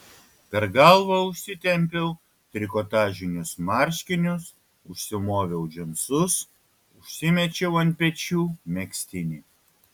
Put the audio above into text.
per galvą užsitempiau trikotažinius marškinius užsimoviau džinsus užsimečiau ant pečių megztinį